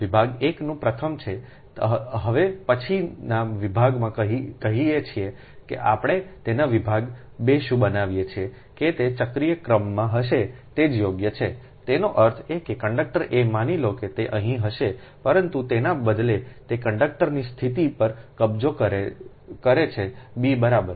વિભાગ 1 નું આ પ્રથમ છે હવે પછીનાં વિભાગમાં કહીએ છીએ કે આપણે તેને વિભાગ 2 શું બનાવીએ છીએ કે તે ચક્રીય ક્રમમાં હશે તે જ યોગ્ય છેતેનો અર્થ એ કે કંડક્ટર a માની લો કે તે અહીં હશે પરંતુ તેના બદલે તે કંડક્ટરની સ્થિતિ પર કબજો કરે છે bબરાબર